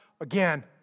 again